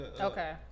Okay